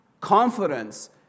confidence